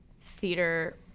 theater